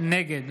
נגד